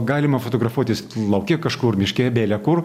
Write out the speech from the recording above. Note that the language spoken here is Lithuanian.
galima fotografuotis lauke kažkur miške belekur